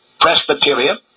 Presbyterian